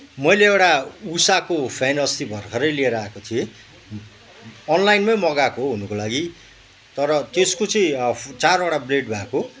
मैले एउटा उषाको फ्यान अस्ति भर्खरै लिएर आएको थिएँ अनलाइनमै मगाएको हो हुनुको लागि तर त्यसको चाहिँ चारवटा ब्लेड भएको